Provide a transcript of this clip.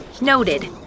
Noted